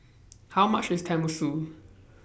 How much IS Tenmusu